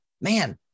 man